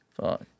Fuck